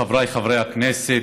חבריי חברי הכנסת,